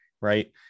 right